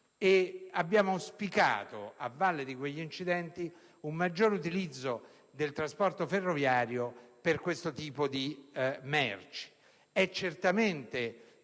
abbiamo auspicato, a valle degli stessi, un maggior utilizzo del trasporto ferroviario per quel tipo di merci.